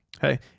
Hey